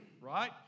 right